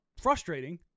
frustrating